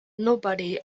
nobody